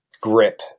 grip